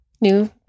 New